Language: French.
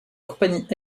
compagnies